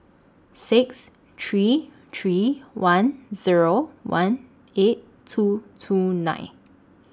six three three one Zero one eight two two nine